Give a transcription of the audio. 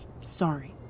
Sorry